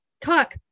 Talk